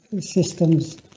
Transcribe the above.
systems